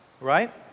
right